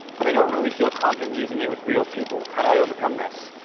but i don't really feel confident using it with real people, how do i overcome this?